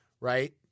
right